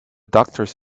doctors